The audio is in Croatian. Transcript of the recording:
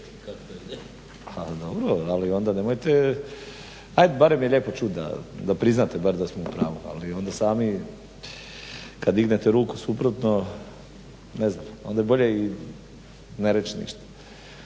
dobro ali nemojte ajd barem je lijepo čuti da priznate bar da smo u pravu. Ali onda sami kada dignete ruku suprotno ne znam, onda je bolje i ne reći ništa.